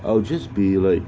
I will just be like